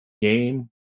game